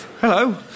Hello